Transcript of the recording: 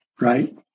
Right